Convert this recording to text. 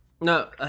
No